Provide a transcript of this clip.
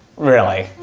really.